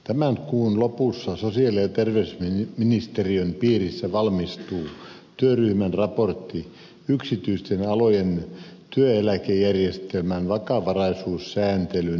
tämän kuun lopussa sosiaali ja terveysministeriön piirissä valmistuu työryhmän raportti yksityisten alojen työeläkejärjestelmän vakavaraisuussääntelyn uudistamisesta